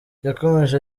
yakomeje